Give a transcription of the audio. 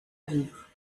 vivre